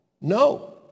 No